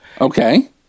Okay